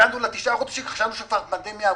כשהגענו לתשעה חודשים, חשבנו שהפנדמיה ארוכה.